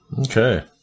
Okay